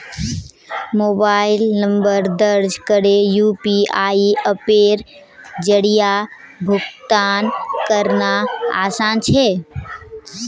mobile number दर्ज करे UPI अप्पेर जरिया भुगतान करना आसान छे